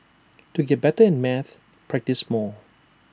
to get better at maths practise more